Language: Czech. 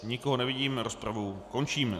Nikoho nevidím, rozpravu končím.